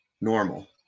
normal